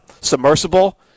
submersible